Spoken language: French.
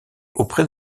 auprès